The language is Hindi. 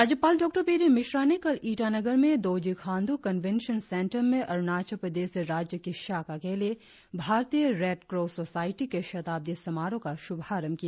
राज्यपाल डॉ बी डी मिश्रा ने कल ईटानगर में दोरजी खांड्र कंवेशन सेंटर में अरुणाचल प्रदेश राज्य की शाखा के लिए भारतीय रेड क्रॉस सोसायटी के शताब्दी समारोह का श्रभारंभ किया